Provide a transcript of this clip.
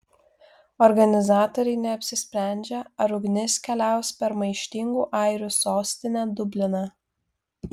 organizatoriai neapsisprendžia ar ugnis keliaus per maištingų airių sostinę dubliną